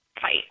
Fight